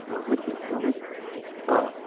हा बंदि कयां थो बसि हा